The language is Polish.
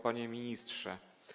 Panie Ministrze!